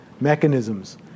Mechanisms